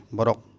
Borok